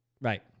Right